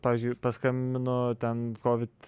pavyzdžiui paskambino ten kovit